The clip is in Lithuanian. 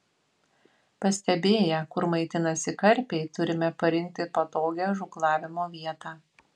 pastebėję kur maitinasi karpiai turime parinkti patogią žūklavimo vietą